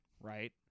right